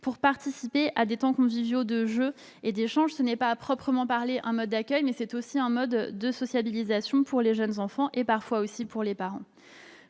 pour participer à des temps conviviaux de jeux et d'échanges. Même s'il ne s'agit pas à proprement parler d'un mode d'accueil, c'est un mode de socialisation pour les jeunes enfants et, parfois, pour les parents.